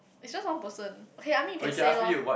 it just one person okay I mean you can say loh